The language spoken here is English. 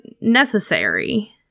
necessary